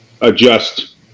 adjust